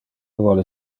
vole